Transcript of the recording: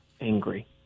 angry